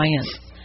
science